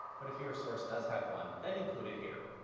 but if your source does have one then include it here.